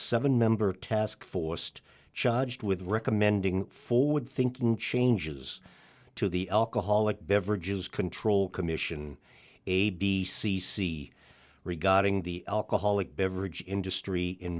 seven member task forced charged with recommending forward thinking changes to the alcoholic beverages control commission a b c c regarding the alcoholic beverage industry in